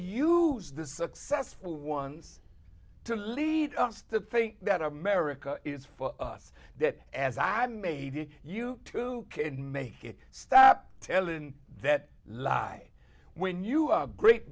use the successful ones to lead us to think that america is for us that as i maybe you two can make it stop telling that lie when you are great